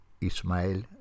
Ismael